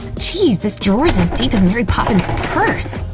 geez, this drawer's as deep as mary poppin's purse!